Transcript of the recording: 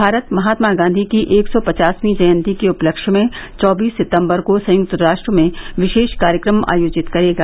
भारत महात्मा गांधी की एक सौ पचासवीं जयंती के उपलब्ध में चौबीस सितंबर को संयुक्त राष्ट्र में विशेष कार्यक्रम आयोजित करेगा